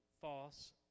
false